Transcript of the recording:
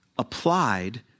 applied